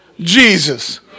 Jesus